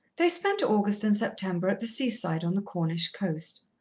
they spent august and september at the seaside on the cornish coast.